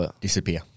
Disappear